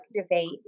activate